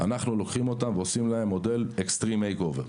לוקחים אותם ועושים להם extreme makeover.